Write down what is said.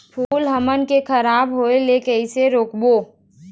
फूल हमन के खराब होए ले कैसे रोकबो?